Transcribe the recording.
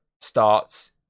starts